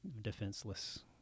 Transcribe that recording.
defenseless